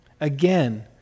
Again